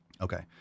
Okay